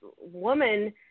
woman